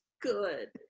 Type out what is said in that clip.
good